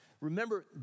Remember